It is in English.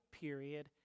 period